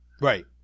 Right